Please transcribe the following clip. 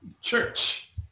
church